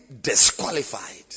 disqualified